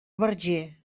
verger